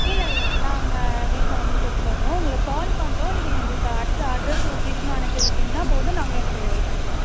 இல்லை இல்லை நாங்கள் வீட்டில் வந்து கொடுத்துடுறோம் உங்களுக்கு கால் பண்றோம் நீங்கள் எங்களுக்கு அத்ஸ் அட்ரஸ் லொக்கேஷனும் அனுப்பி விட்டிங்கன்னா போதும் நாங்களே வந்து டெலிவரி பண்ணிவிடுவோம்